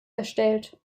erstellt